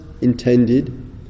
intended